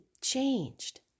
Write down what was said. changed